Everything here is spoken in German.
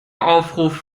aufruf